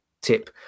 tip